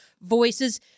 voices